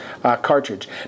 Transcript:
cartridge